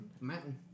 Mountain